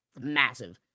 massive